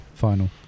final